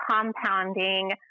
compounding